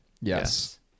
Yes